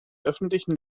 öffentlichen